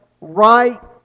right